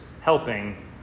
helping